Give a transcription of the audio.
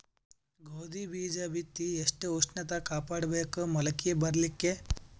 ಗೋಧಿ ಬೀಜ ಬಿತ್ತಿ ಎಷ್ಟ ಉಷ್ಣತ ಕಾಪಾಡ ಬೇಕು ಮೊಲಕಿ ಬರಲಿಕ್ಕೆ?